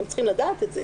הם צריכים לדעת את זה,